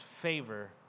favor